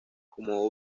como